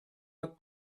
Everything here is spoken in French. notre